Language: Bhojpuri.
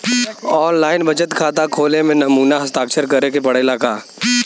आन लाइन बचत खाता खोले में नमूना हस्ताक्षर करेके पड़ेला का?